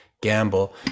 Gamble